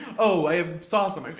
oh, i have sauce on